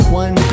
one